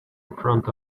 front